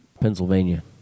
Pennsylvania